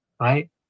right